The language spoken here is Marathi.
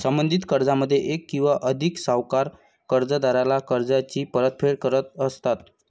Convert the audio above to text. संबंधित कर्जामध्ये एक किंवा अधिक सावकार कर्जदाराला कर्जाची परतफेड करत असतात